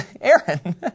Aaron